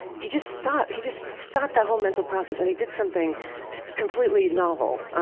he just stopped. he just stopped that whole mental process and he did something completely novel.